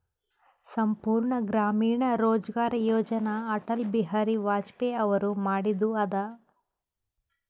ಸಂಪೂರ್ಣ ಗ್ರಾಮೀಣ ರೋಜ್ಗಾರ್ ಯೋಜನ ಅಟಲ್ ಬಿಹಾರಿ ವಾಜಪೇಯಿ ಅವರು ಮಾಡಿದು ಅದ